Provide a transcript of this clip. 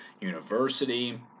University